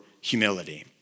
humility